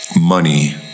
money